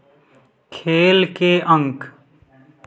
खेल के अंक